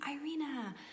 Irina